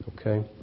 Okay